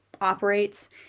operates